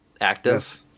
active